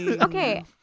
okay